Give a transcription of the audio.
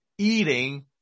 Eating